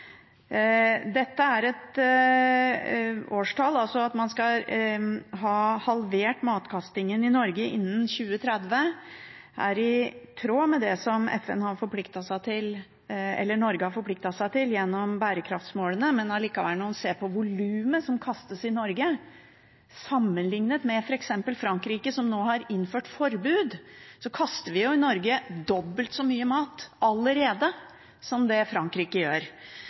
at man skal halvere matkastingen i Norge innen år 2030, er i tråd med det som Norge har forpliktet seg til gjennom bærekraftsmålene. Men når man ser på volumet som kastes i Norge sammenliknet med f.eks. i Frankrike, som nå har innført forbud, kaster vi i Norge allerede dobbelt så mye mat som det Frankrike gjør.